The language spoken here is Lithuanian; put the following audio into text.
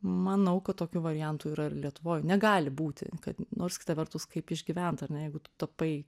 manau kad tokių variantų yra ir lietuvoj negali būti kad nors kita vertus kaip išgyvent jeigu tu tapai